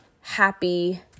happy